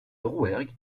rouergue